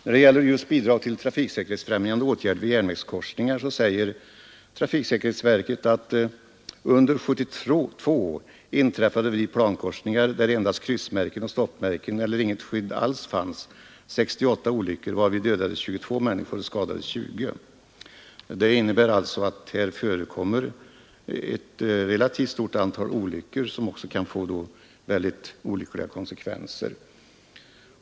När det gäller bidrag till trafiksäkerhetsfrämjande åtgärder vid järnvägskorsningar säger trafiksäkerhetsverket, att under 1972 inträffade vid plankorsningar, där endast kryssmärken och stoppmärken eller inget skydd alls fanns, 68 olyckor, varvid dödades 22 människor och skadades 20. Vid dessa plankorsningar förekommer alltså ett relativt stort antal olyckor som kan få allvarliga konsekvenser.